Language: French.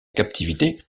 captivité